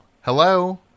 Hello